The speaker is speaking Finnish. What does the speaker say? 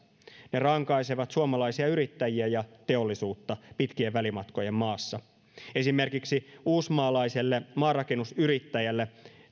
ne rankaisevat suomalaisia yrittäjiä ja teollisuutta pitkien välimatkojen maassa esimerkiksi uusimaalaiselle maanrakennusyrittäjälle